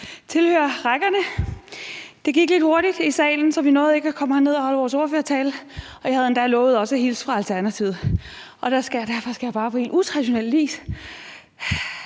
tilhørerrækkerne. Det gik lidt hurtigt i salen, så vi nåede ikke at komme herned og holde vores ordførertale. Jeg havde endda lovet også at hilse fra Alternativet. Derfor skal jeg bare på helt utraditionel vis